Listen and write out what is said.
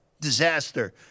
disaster